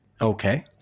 Okay